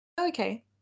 Okay